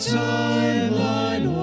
timeline